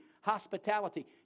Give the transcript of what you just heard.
hospitality